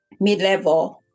mid-level